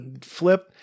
flip